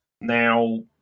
Now